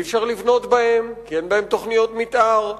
אי-אפשר לבנות בהם כי אין בהם תוכניות מיתאר.